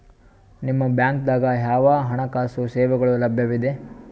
ನಿಮ ಬ್ಯಾಂಕ ದಾಗ ಯಾವ ಹಣಕಾಸು ಸೇವೆಗಳು ಲಭ್ಯವಿದೆ?